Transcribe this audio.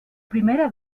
primera